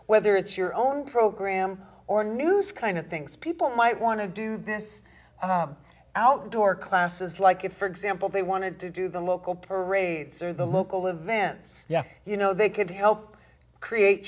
whether it's your own program or news kind of things people might want to do this outdoor classes like if for example they wanted to do the local parades or the local events yeah you know they could help create